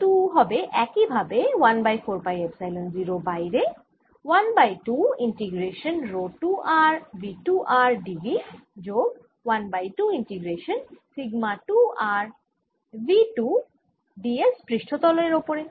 W 2 হবে একই ভাবে 1 বাই 4 পাই এপসাইলন 0 বাইরে 1 by 2 integration rho 2 r V 2 r d v যোগ 1 by 2 integration sigma 2 r V 2 d s পৃষ্ঠতলের ওপর